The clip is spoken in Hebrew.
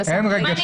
אין רגשות.